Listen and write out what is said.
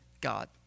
God